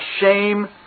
shame